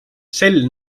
sel